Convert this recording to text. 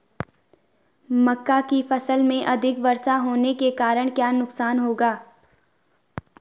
मक्का की फसल में अधिक वर्षा होने के कारण क्या नुकसान होगा?